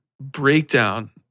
breakdown